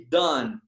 done